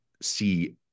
see